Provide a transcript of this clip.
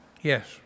Yes